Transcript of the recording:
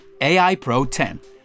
AIPRO10